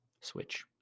Switch